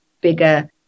bigger